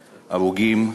הרוגים,